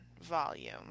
volume